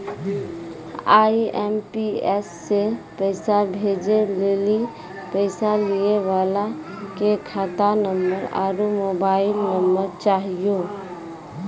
IMPS से पैसा भेजै लेली पैसा लिये वाला के खाता नंबर आरू मोबाइल नम्बर चाहियो